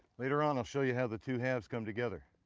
later on, i'll show you how the two halves come together.